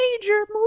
major